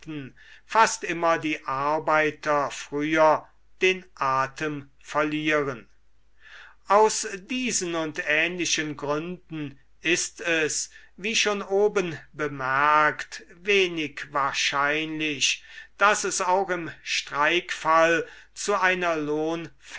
fast immer die arbeiter früher den atem verlieren aus diesen und ähnlichen gründen ist es wie schon oben bemerkt wenig wahrscheinlich daß es auch im streikfall zu einer